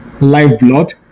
lifeblood